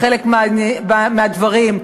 בחלק מהדברים,